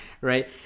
right